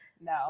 no